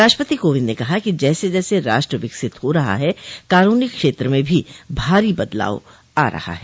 राष्ट्रपति कोविंद ने कहा कि जैसे जैसे राष्ट्र विकसित हो रहा है कानूनी क्षेत्र में भी भारी बदलाव आ रहा है